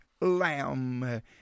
lamb